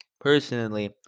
Personally